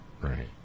Right